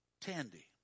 Tandy